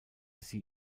sie